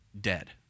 dead